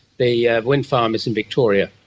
the yeah windfarm is in victoria.